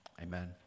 Amen